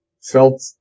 felt